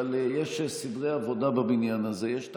אבל יש סדרי עבודה בבניין הזה, יש תקנון.